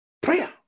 Prayer